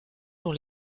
dont